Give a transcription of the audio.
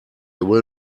will